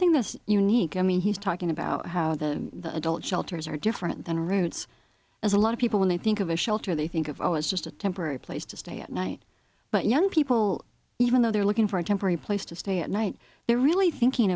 thing that's unique i mean he's talking about how the adult shelters are different than routes as a lot of people when they think of a shelter they think of oh it's just a temporary place to stay at night but young people even though they're looking for a temporary place to stay at night they're really thinking